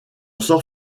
sort